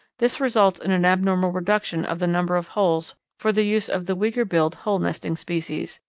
this results in an abnormal reduction of the number of holes for the use of the weaker-billed hole-nesting species,